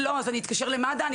לא, אז אני אתקשר למד"א?".